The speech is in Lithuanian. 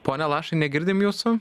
pone lašai negirdim jūsų